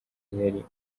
yari